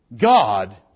God